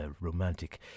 romantic